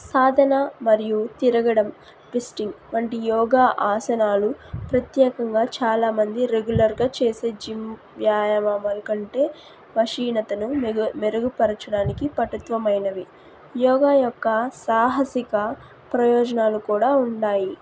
సాధన మరియు తిరగడం ట్విస్టింగ్ వంటి యోగా ఆసనాలు ప్రత్యేకంగా చాలా మంది రెగ్యులర్గా చేసే జిమ్ వ్యాయామామలు కంటే వశ్యతను మెరుగుపరచడానికి పఠుత్వమైనవి యోగా యొక్క సాహసిక ప్రయోజనాలు కూడా ఉన్నాయి